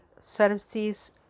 services